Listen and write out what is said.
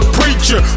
preacher